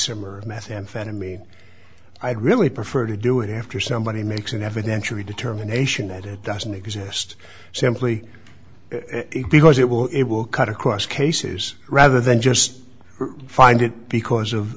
of methamphetamine i'd really prefer to do it after somebody makes an evidentiary determination that it doesn't exist simply because it will it will cut across cases rather than just find it because of